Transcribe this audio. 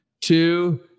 two